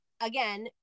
again